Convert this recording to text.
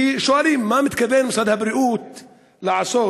והשאלה: מה מתכוון משרד הבריאות לעשות?